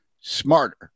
smarter